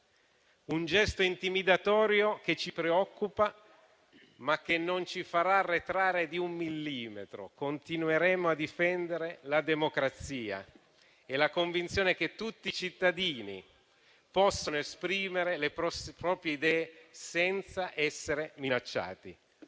un gesto intimidatorio che ci preoccupa, ma che non ci farà arretrare di un millimetro: continueremo a difendere la democrazia e la convinzione che tutti i cittadini possano esprimere le proprie idee senza essere minacciati.